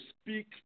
speak